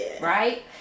Right